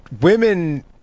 Women